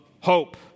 hope